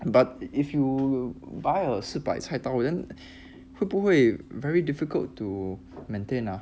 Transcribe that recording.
but if you buy a 四百菜刀 then 会不会 very difficult to maintain ah